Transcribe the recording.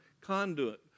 conduit